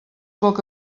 poc